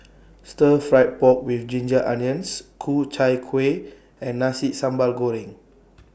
Stir Fry Pork with Ginger Onions Ku Chai Kueh and Nasi Sambal Goreng